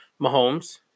Mahomes